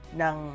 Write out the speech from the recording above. ng